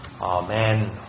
Amen